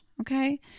Okay